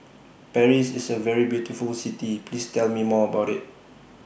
Paris IS A very beautiful City Please Tell Me More about IT